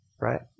right